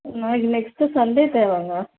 இது next Sunday தேவைங்க